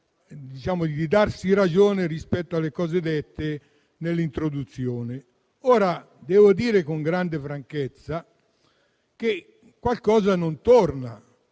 di darsi ragione rispetto a quanto affermato nell'introduzione. Devo dire con grande franchezza che qualcosa non torna,